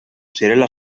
zirela